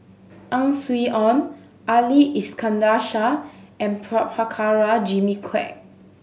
Ang Swee Aun Ali Iskandar Shah and Prabhakara Jimmy Quek